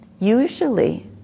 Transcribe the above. Usually